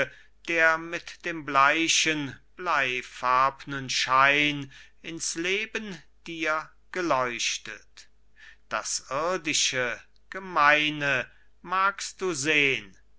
der mit dem bleichen bleifarbnen schein ins leben dir geleuchtet das irdische gemeine magst du sehn